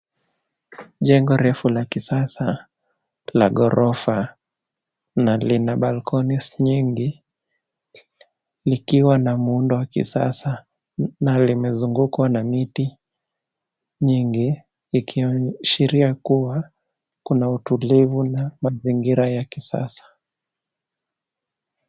Jengo refu la kisasa, la ghorofa, na lina balconies nyingi, likiwa na muundo wa kisasa, na limezungukwa na miti nyingi, likiashiria kuwa, kuna utulivu na mazingira ya kisasa.